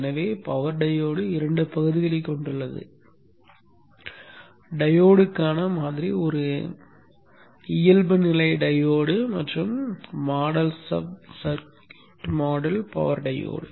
எனவே power diode 2 பகுதிகளைக் கொண்டுள்ளது டையோடுக்கான மாதிரி ஒரு இயல்புநிலை டையோடு மற்றும் model sub circuit model power diode